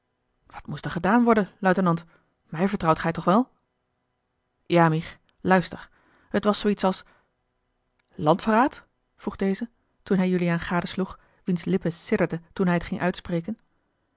wat moest er gedaan worden luitenant mij vertrouwt gij toch wel a ich u het was zoo iets als landverraad vroeg deze toen hij juliaan gadesloeg wiens lippen sidderden toen hij het ging uitspreken